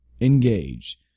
Engage